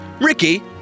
Ricky